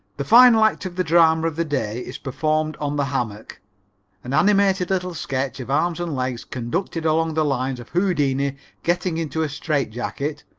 the final act of the drama of the day is performed on the hammock an animated little sketch of arms and legs conducted along the lines of houdini getting into a strait-jacket,